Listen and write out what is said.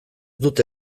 dute